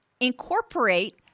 incorporate